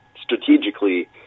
strategically